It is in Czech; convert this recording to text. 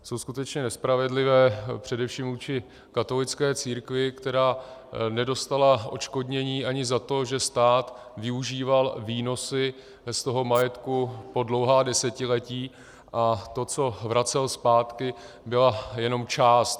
Jsou skutečně nespravedlivé především vůči katolické církvi, která nedostala odškodnění ani za to, že stát využíval výnosy z toho majetku po dlouhá desetiletí a to, co vracel zpátky, byla jenom část.